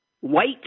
white